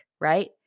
right